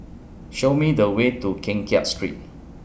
Show Me The Way to Keng Kiat Street